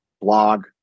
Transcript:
blog